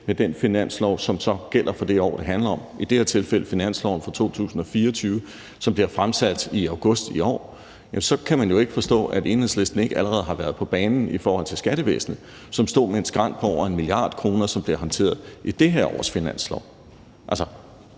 med den finanslov, som så gælder for det år, det handler om, i det her tilfælde finansloven for 2024, som bliver fremsat i august i år – kan man jo ikke forstå, at Enhedslisten ikke allerede har været på banen i forhold til skattevæsenet, som stod med en skrænt på over 1 mia. kr., som bliver håndteret i det her års finanslov. Altså,